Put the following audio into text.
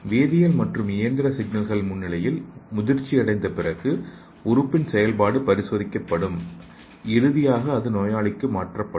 வேதியியல் மற்றும் இயந்திரசிக்னல்களின் முன்னிலையில் முதிர்ச்சியடைந்த பிறகு உறுப்பின் செயல்பாடு பரிசோதிக்கப்படும் இறுதியாக அது நோயாளிக்கு மாற்றப்படும்